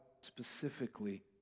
specifically